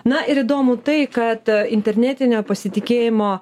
na ir įdomu tai kad internetinio pasitikėjimo